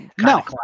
no